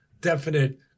definite